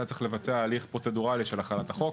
היה צריך לבצע תהליך פרוצדורלי של החלת החוק,